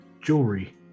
jewelry